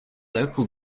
local